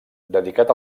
dedicat